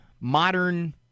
modern